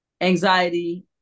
anxiety